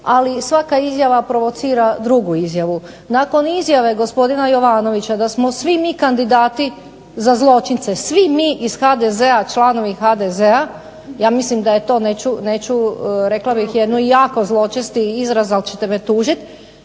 ali svaka izjava provocira drugu izjavu. Nakon izjave gospodina Jovanovića da smo svi mi kandidati za zločince, svi mi iz HDZ-a, članovi HDZ-a ja mislim rekla bih jako zločest izraz ali ćete me tužiti,